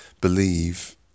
believe